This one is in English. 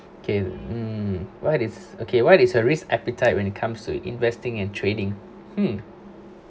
okay hmm what is okay what is a risk appetite when it comes to investing and trading hmm